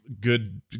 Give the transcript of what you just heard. good